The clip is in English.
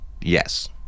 Yes